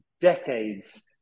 decades